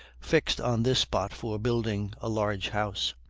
fixed on this spot for building a large house.